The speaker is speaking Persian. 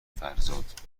فرزاد